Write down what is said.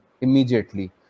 immediately